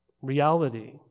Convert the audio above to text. reality